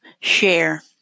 share